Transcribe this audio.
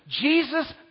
Jesus